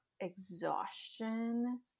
exhaustion